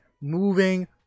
moving